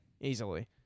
easily